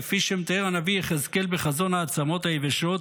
כפי שמתאר הנביא יחזקאל בחזון העצמות היבשות,